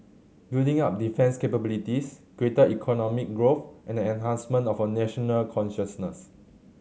building up defence capabilities greater economic growth and the enhancement of a national consciousness